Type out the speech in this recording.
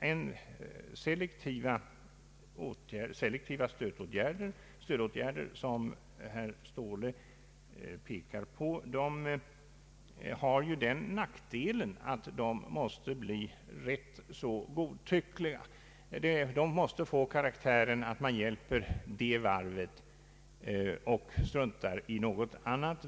Selektiva stödåtgärder, som herr Ståhle pekar på, har den nackdelen att de måste bli tämligen godtyckliga. De måste få karaktären av att staten hjälper ett varv och struntar i något annat.